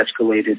escalated